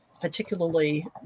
particularly